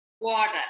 Water